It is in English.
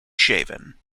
shaven